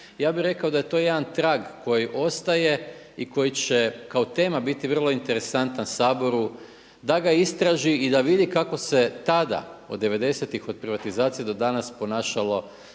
ja bih rekao da je to jedan trag koji ostaje i koji će kao tema biti vrlo interesantan Saboru da ga istraži i da vidi kako se tada od devedesetih od privatizacije do danas ponašalo